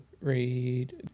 read